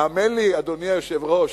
האמן לי, אדוני היושב-ראש,